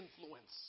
influence